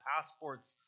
passports